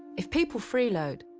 if people freeload,